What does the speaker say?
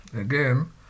again